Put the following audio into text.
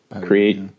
create